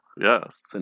Yes